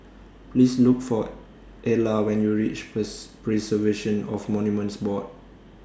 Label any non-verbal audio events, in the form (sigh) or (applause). Please Look For Ela when YOU REACH (unintelligible) Preservation of Monuments Board